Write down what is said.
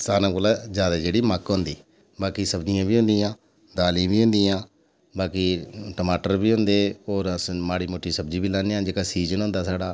सारें कोला जैदा जेह्ड़ी मक्क होंदी बाकी सब्जियां बी होंदियां दालीं बी होंदियां बाकी टमाटर बी होंदे और अस माड़ी मुट्टी सब्जी बी लान्ने जेह्का सीजन होंदा